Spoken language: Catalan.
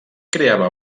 creava